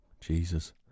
jesus